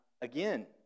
Again